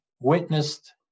witnessed